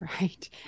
Right